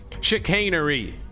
chicanery